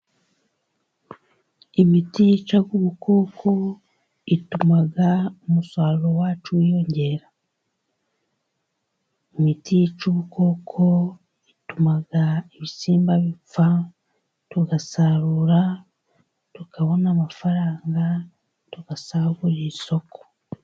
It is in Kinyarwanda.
Imiti yica ubukoko ituma umusaruro wacu wiyongera. Imiti yica ubukoko ituma ibisimba bipfa, tugasarura tukabona amafaranga tugasagurira isoko.